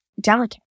Delicate